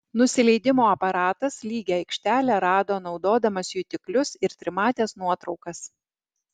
nusileidimo aparatas lygią aikštelę rado naudodamas jutiklius ir trimates nuotraukas